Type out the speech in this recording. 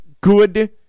good